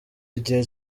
igihe